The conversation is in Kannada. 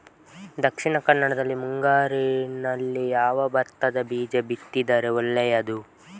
ದಕ್ಷಿಣ ಕನ್ನಡದಲ್ಲಿ ಮುಂಗಾರಿನಲ್ಲಿ ಯಾವ ಭತ್ತದ ಬೀಜ ಬಿತ್ತಿದರೆ ಒಳ್ಳೆಯದು?